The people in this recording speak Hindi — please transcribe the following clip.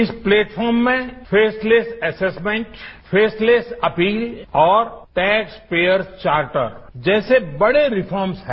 इस प्लेटफॉर्म में फेसलेस असेसमेंट फेसलेस अपील और टेक्सपेयर चार्टर जैसे बड़े रिफार्मस हैं